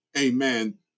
amen